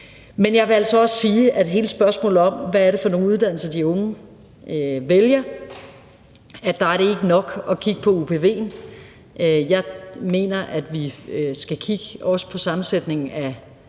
Men jeg vil altså også sige, at i forhold til hele spørgsmålet om, hvad det er for nogle uddannelser, de unge vælger, at det ikke er nok at kigge på upv'en. Jeg mener, at vi også skal kigge på sammensætningen af